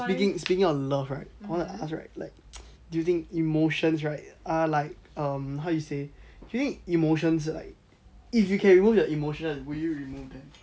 speaking speaking of love right I wanna ask right like do you think emotions right ah like um how you say do you think emotions like if you can remove your emotions will you remove them